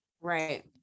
Right